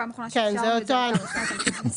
פעם אחרונה שאישרנו אותו היה בשנת 2021,